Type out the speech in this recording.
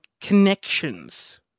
connections